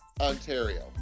Ontario